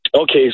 Okay